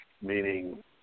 meaning